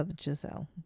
Giselle